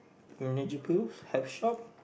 Energy Pills health shop